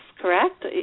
Correct